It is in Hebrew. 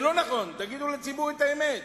זה לא נכון, תגידו לציבור את האמת.